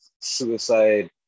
suicide